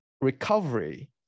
recovery